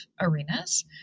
arenas